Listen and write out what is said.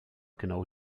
genau